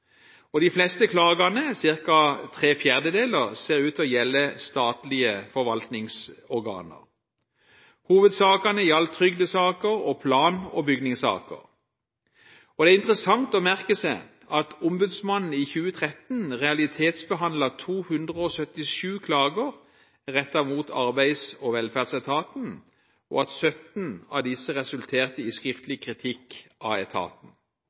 De fleste klagene, ca. tre fjerdedeler, ser ut til å gjelde statlige forvaltningsorganer. Hovedsakene gjaldt trygdesaker og plan- og bygningssaker. Det er interessant å merke seg at Ombudsmannen i 2013 realitetsbehandlet 277 klager rettet mot Arbeids- og velferdsetaten, og at 17 av disse resulterte i skriftlig kritikk av etaten.